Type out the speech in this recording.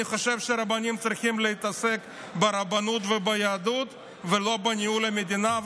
אני חושב שהרבנים צריכים להתעסק ברבנות וביהדות ולא בניהול המדינה,